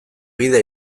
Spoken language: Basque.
gida